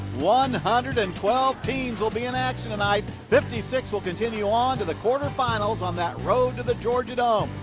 one hundred and twelve teams will be in action tonight. fifty six will continue on to the quarterfinals on that road to the georgia dome.